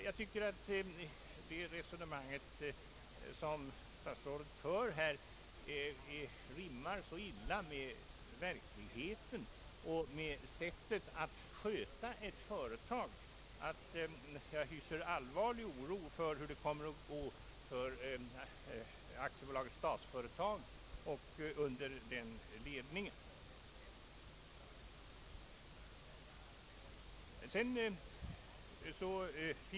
Jag tycker att det resonemang som statsrådet här för rimmar så illa med verkligheten och sättet att sköta ett företag, att jag hyser allvarlig oro för hur det kommer att gå för AB Statsföretag under sådan ledning som statsrådet representerar.